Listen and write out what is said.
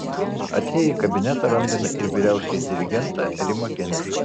atėję į kabinetą randame ir vyriausiąjį dirigentą rimą geniušą